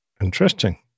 Interesting